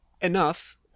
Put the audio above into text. Enough